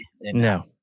No